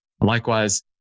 Likewise